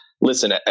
listen